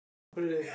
really